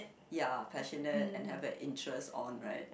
ya passionate and have a interest on right